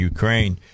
Ukraine